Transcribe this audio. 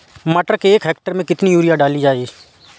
मटर के एक हेक्टेयर में कितनी यूरिया डाली जाए?